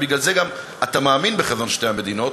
ובגלל זה אתה מאמין בחזון שתי המדינות,